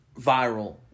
viral